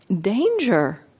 danger